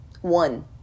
One